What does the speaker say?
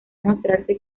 mostrarse